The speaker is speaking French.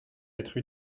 être